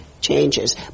changes